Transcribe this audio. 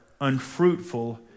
unfruitful